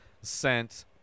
sent